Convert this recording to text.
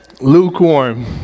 Lukewarm